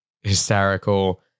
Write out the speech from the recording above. hysterical